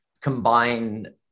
combine